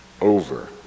over